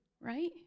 right